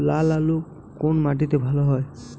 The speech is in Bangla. লাল আলু কোন মাটিতে ভালো হয়?